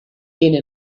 tiene